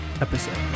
episode